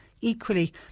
equally